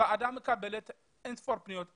הוועדה מקבלת אין ספור פניות.